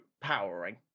powering